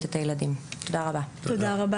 אנחנו יוזמים את זה --- תסבירי רגע